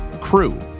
Crew